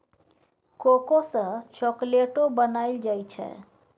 cocoa सँ चाकलेटो बनाइल जाइ छै